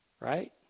Right